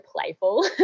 playful